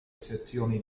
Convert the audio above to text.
sezioni